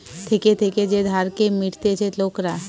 থেকে থেকে যে ধারকে মিটতিছে লোকরা